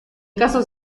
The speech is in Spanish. casos